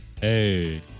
Hey